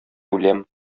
үләм